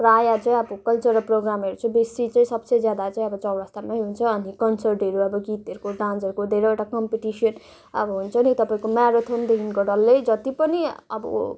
प्रायः चाहिँ अब कल्चरल प्रोग्रामहरू चाहिँ बेसी चाहिँ सबसे ज्यादा चाहिँ अब चौरस्तामै हुन्छ अनि कन्सर्टहरू अब गीतहरूको डान्सहरूको धेरैवटा कम्पिटिसन अब हुन्छ नि तपाईँको म्याराथनदेखिको डल्लै जति पनि अब